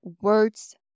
words